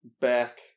back